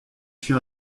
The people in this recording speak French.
fut